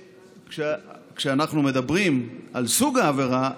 כשאנחנו מדברים על סוג העבירה,